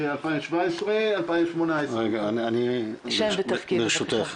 2017-2018. רגע, ברשותך.